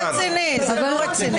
אולי תתייחס לשאלות?